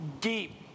deep